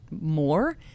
more